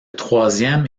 troisième